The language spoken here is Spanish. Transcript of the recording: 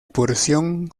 porción